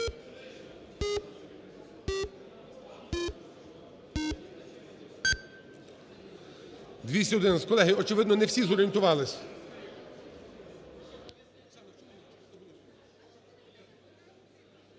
За-211 Колеги, очевидно, не всі зорієнтувались.